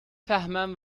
فهمم